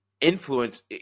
influence